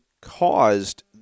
caused